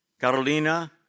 Carolina